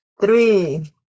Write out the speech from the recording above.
Three